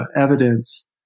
evidence